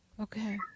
okay